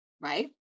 Right